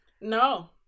No